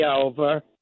over